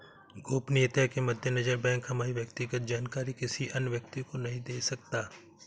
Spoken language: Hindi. गोपनीयता के मद्देनजर बैंक हमारी व्यक्तिगत जानकारी किसी अन्य व्यक्ति को नहीं दे सकता